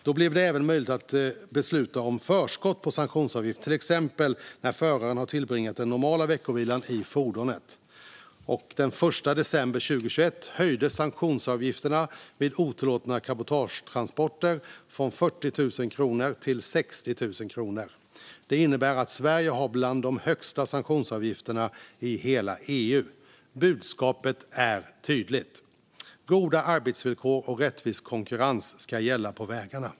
Då blev det även möjligt att besluta om förskott på sanktionsavgift till exempel när föraren har tillbringat den normala veckovilan i fordonet. Den 1 december 2021 höjdes sanktionsavgiften vid otillåtna cabotagetransporter från 40 000 kronor till 60 000 kronor. Det innebär att Sverige har bland de högsta sanktionsavgifterna i hela EU. Budskapet är tydligt: Goda arbetsvillkor och rättvis konkurrens ska gälla på vägarna.